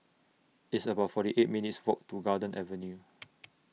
It's about forty eight minutes' Walk to Garden Avenue